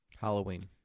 Halloween